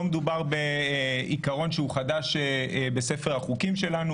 מדובר בעיקרון חדש בספר החוקים שלנו.